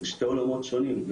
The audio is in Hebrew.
זה שני עולמות שונים.